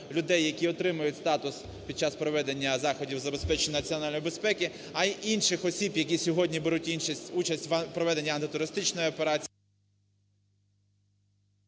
людей, які отримують статус під час проведення заходів забезпечення національної безпеки, а й інших осіб, які сьогодні беруть іншу участь у проведенні антитерористичної операції…